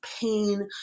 pain